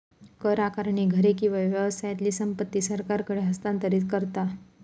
कर आकारणी घरे किंवा व्यवसायातली संपत्ती सरकारकडे हस्तांतरित करता